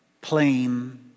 plain